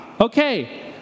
Okay